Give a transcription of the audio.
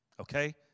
Okay